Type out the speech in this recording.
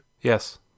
Yes